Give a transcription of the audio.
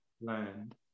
land